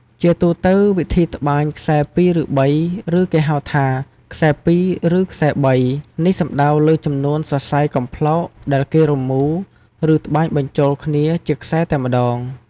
ជាទូទៅវិធីត្បាញខ្សែរ ២ ឬ ៣ ឬគេហៅថា ខ្សែ២ ឬ ខ្សែ៣ នេះសំដៅលើចំនួនសរសៃកំប្លោកដែលគេរមូរ ឬត្បាញបញ្ចូលគ្នាជាខ្សែតែម្ដង។